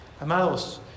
Amados